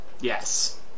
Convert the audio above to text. Yes